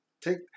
take